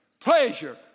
Pleasure